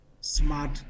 smart